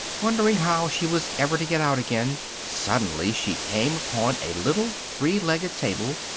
wondering how she was ever to get out again suddenly she came upon a little three-legged table,